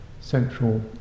central